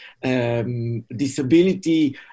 Disability